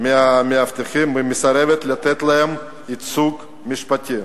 מהמאבטחים ומסרבת לתת להם ייצוג משפטי.